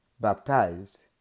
baptized